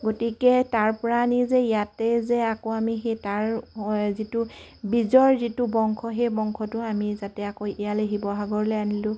গতিকে তাৰ পৰা আনি যে ইয়াতে যে আকৌ আমি সেই তাৰ যিটো বীজৰ যিটো বংশ সেই বংশটো আমি যাতে আকৌ ইয়ালৈ শিৱসাগৰলৈ আনিলোঁ